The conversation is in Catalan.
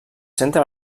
centre